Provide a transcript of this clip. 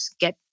get